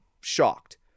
shocked